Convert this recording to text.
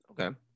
Okay